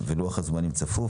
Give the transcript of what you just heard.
לוח הזמנים צפוף.